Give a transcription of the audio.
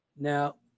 Now